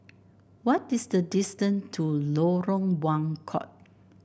what is the distant to Lorong Buangkok